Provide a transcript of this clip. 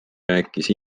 rääkis